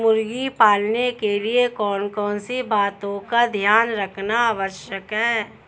मुर्गी पालन के लिए कौन कौन सी बातों का ध्यान रखना आवश्यक है?